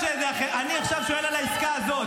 אני עכשיו שואל על העסקה הזאת.